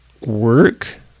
work